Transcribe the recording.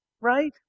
right